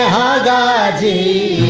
da da